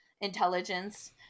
intelligence